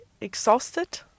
exhausted